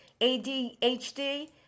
ADHD